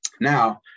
Now